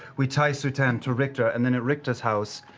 we tie sutan to richter, and then at richter's house,